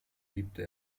liebte